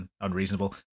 unreasonable